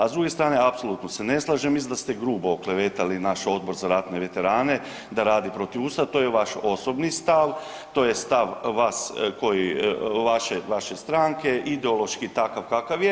A s druge strane apsolutno se ne slažem, mislim da ste grubo oklevetali naš Odbor za ratne veterane da radi protiv ustava, to je vaš osobni stav, to je stav vas koji, vaše, vaše stranke ideološki takav kakav je.